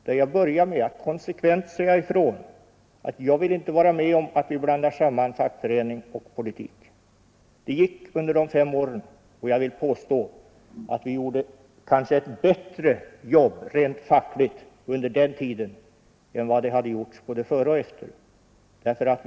Jag sade då från början konsekvent ifrån att jag inte ville vara med om att blanda samman fackförening och politik. Det gick under dessa fem år, och jag vill påstå att vi kanske gjorde ett bättre jobb rent fackligt under denna tid än vad som gjorts både dessförinnan och därefter.